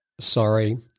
Sorry